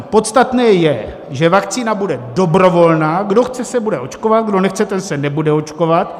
Podstatné je, že vakcína bude dobrovolná, kdo chce, se bude očkovat, kdo nechce, ten se nebude očkovat.